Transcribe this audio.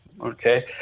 okay